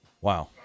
Wow